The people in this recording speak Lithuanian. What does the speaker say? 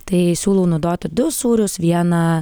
tai siūlau naudoti du sūrius vieną